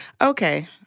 Okay